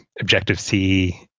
Objective-C